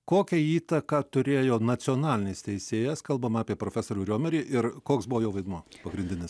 kokią įtaką turėjo nacionalinis teisėjas kalbam apie profesorių riomerį ir koks buvo jo vaidmuo pagrindinis